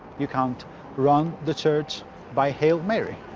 you can't run the church by hail mary.